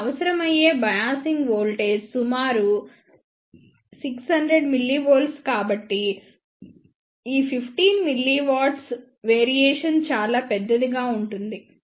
ఇప్పుడు అవసరమయ్యే biasing voltage సుమారు 600 mV కాబట్టి ఈ 15 mW వేరియేషన్ చాలా పెద్దదిగా ఉంటుంది